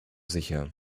sicher